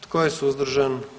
Tko je suzdržan?